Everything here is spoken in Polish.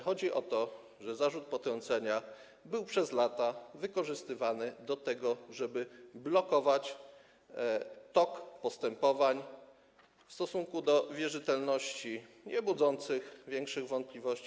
Chodzi o to, że zarzut potrącenia był przez lata wykorzystywany do tego, żeby blokować tok postępowań w stosunku do wierzytelności niebudzących większych wątpliwości.